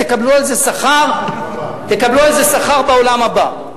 תקבלו על זה שכר בעולם הבא.